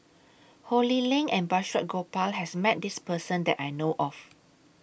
Ho Lee Ling and Balraj Gopal has Met This Person that I know of